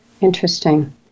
Interesting